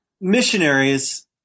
missionaries